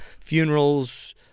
funerals